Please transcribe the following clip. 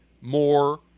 more